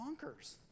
bonkers